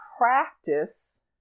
practice